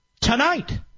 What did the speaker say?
tonight